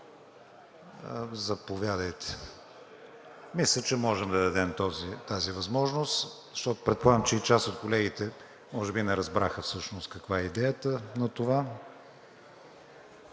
Заповядайте. Мисля, че може да дадем тази възможност, защото предполагам, че и част от колегите, може би, не разбраха всъщност каква е идеята на това.